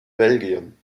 belgien